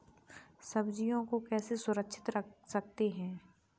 सब्जियों को कैसे सुरक्षित रख सकते हैं?